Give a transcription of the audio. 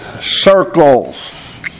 circles